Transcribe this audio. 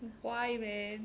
why man